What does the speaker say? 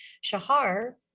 Shahar